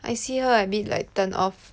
I see her I like a bit turn off